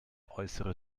äußere